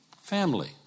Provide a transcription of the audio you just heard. family